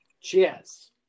cheers